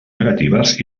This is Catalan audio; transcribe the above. negatives